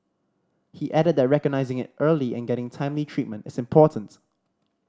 he added that recognising it early and getting timely treatment is important